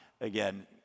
again